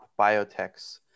biotechs